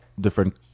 different